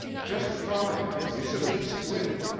just try. you simply squint.